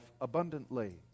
abundantly